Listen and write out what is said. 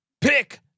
pick